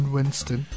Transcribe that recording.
Winston